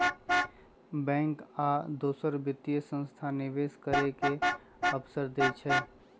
bank आ दोसर वित्तीय संस्थान निवेश करे के अवसर देई छई